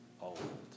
old